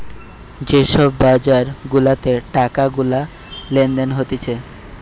যে সব বাজার গুলাতে টাকা গুলা লেনদেন হতিছে